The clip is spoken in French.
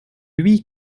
lui